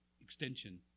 extension